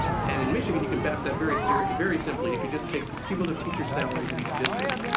and in michigan you can map that very simply very simply if you just take the cumulative teacher salaries of each district